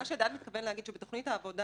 מה שדן מתכוון להגיד שבתוכנית העבודה